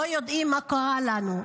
לא יודעים מה קרה לנו.